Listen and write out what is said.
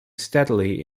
steadily